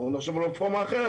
בואו נחשוב על רפורמה אחרת.